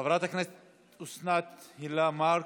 חברת הכנסת אוסנת הילה מארק,